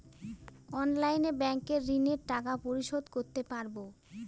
অনলাইনে ব্যাংকের ঋণের টাকা পরিশোধ করতে পারবো?